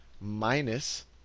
minus